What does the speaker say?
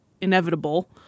inevitable